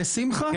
לשמחה?